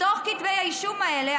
מתוך כתבי האישום האלה,